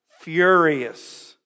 furious